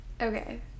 Okay